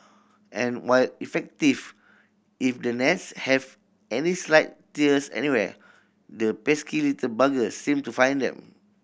and while effective if the nets have any slight tears anywhere the pesky little buggers seem to find them